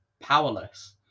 powerless